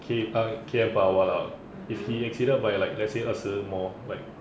K~ eh K_M per hour if he like exceeded by like let's say 二十 more like